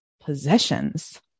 possessions